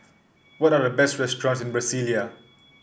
what are the best restaurants in Brasilia